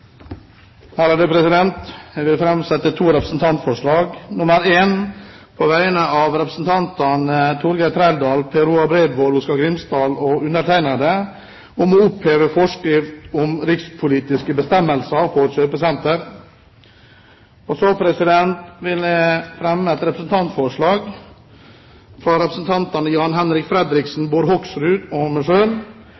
Jeg vil framsette to representantforslag, først et på vegne av representantene Torgeir Trældal, Per Roar Bredvold, Oskar Jarle Grimstad og undertegnede om å oppheve forskrift om rikspolitisk bestemmelse for kjøpesentre. Så vil jeg fremme et representantforslag fra representantene Jan-Henrik Fredriksen,